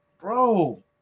Bro